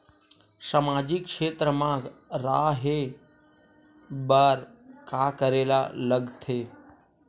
सामाजिक क्षेत्र मा रा हे बार का करे ला लग थे